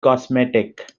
cosmetic